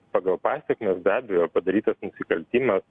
pagal pasekmes be abejo padarytas nusikaltimas